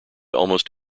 almost